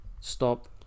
Stop